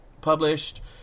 published